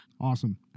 Awesome